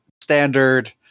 standard